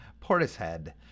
Portishead